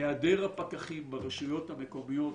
היעדר הפקחים ברשויות המקומיות,